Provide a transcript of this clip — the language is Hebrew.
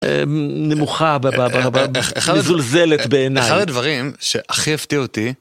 נמוכה, מזולזלת בעיניי. אחד הדברים שהכי הפתיע אותי...